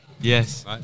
Yes